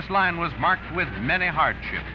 this line was marked with many hardship